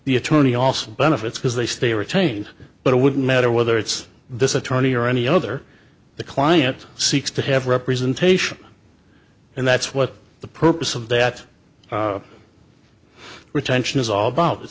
the attorney also benefits because they stay retained but it wouldn't matter whether it's this attorney or any other the client seeks to have representation and that's what the purpose of that retention is all about